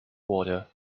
water